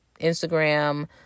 Instagram